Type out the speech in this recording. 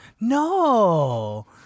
No